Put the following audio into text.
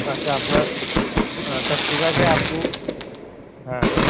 আচ্ছা আপনার আচ্ছা ঠিক আছে আপনি হ্যাঁ হ্যাঁ